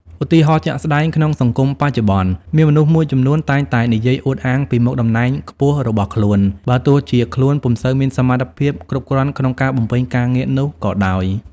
ឧទាហរណ៍ជាក់ស្តែងក្នុងសង្គមបច្ចុប្បន្ន មានមនុស្សមួយចំនួនតែងតែនិយាយអួតអាងពីមុខតំណែងខ្ពស់របស់ខ្លួន បើទោះជាខ្លួនពុំសូវមានសមត្ថភាពគ្រប់គ្រាន់ក្នុងការបំពេញការងារនោះក៏ដោយ។